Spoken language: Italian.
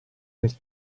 del